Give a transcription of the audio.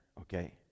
okay